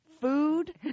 Food